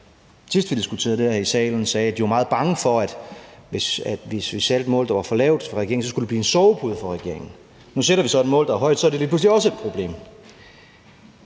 sidst vi diskuterede det her i salen, sagde, at de var meget bange for, at hvis vi satte målet for lavt fra regeringens side, ville det blive en sovepude for regeringen. Nu sætter vi så et mål, der er højt. Så er det lige pludselig også et problem.